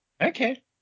Okay